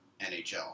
NHL